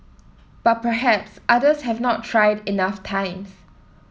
but perhaps others have not tried enough times